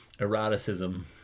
eroticism